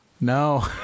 No